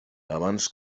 abans